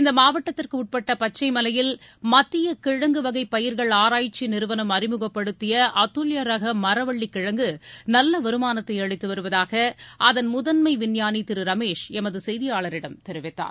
இந்த மாவட்டத்திற்குட்பட்ட பச்சை மலையில் மத்திய கிழங்கு வகை பயிர்கள் ஆராய்ச்சி நிறுவனம் அறிமுகப்படுத்திய அதுல்யா ரக மரவள்ளி கிழங்கு நல்ல வருமானத்தை அளித்து வருவதாக அதன் முதன்மை விஞ்ஞானி திரு ரமேஷ் எமது செய்தியாளரிடம் தெரிவித்தார்